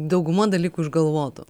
dauguma dalykų išgalvotų